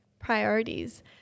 priorities